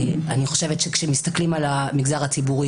אני חושבת שכאשר מסתכלים על המגזר הציבורי